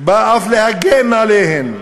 בא אף להגן עליהן,